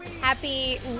happy